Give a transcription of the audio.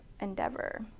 endeavor